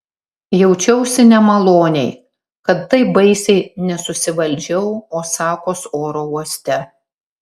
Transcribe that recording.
jaučiausi nemaloniai kad taip baisiai nesusivaldžiau osakos oro uoste